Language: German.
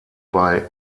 bei